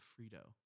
Frito